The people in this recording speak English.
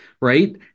right